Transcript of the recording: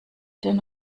den